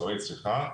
מוצרי צריכה,